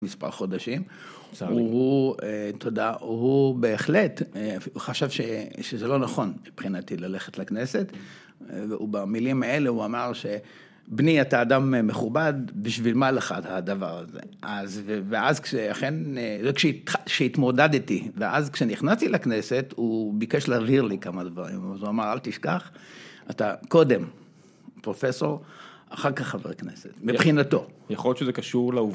מספר חודשים. הוא, תודה, הוא בהחלט חשב שזה לא נכון מבחינתי ללכת לכנסת. והוא, במילים האלה, הוא אמר שבני אתה אדם מכובד בשביל מה לך הדבר הזה. אז ואז כשאכן, זה כשהתמודדתי, ואז כשנכנסתי לכנסת הוא ביקש להבהיר לי כמה דברים. אז הוא אמר אל תשכח, אתה קודם פרופסור, אחר כך חבר כנסת, מבחינתו. יכול להיות שזה קשור לעובד.